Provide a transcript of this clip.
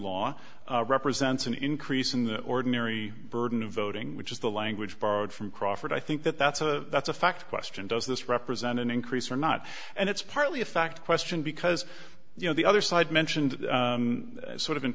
law represents an increase in the ordinary burden of voting which is the language borrowed from crawford i think that that's a that's a fact question does this represent an increase or not and it's partly a fact question because you know the other side mentioned sort of